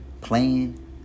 playing